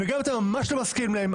וגם אם אתה ממש לא מסכים להם,